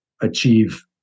achieve